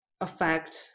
affect